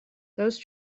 those